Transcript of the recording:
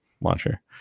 launcher